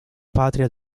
patria